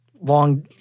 long